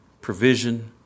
provision